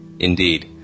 Indeed